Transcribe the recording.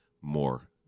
more